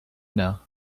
now